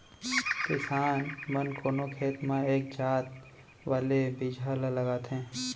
किसान मन कोनो खेत म एक जात वाले बिजहा ल लगाथें